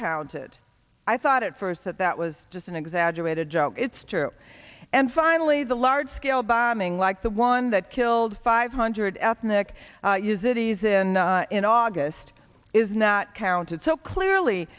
counted i thought at first that that was just an exaggerated joke it's true and finally the large scale bombing like the one that killed five hundred ethnic use it is in in august is not counted so clearly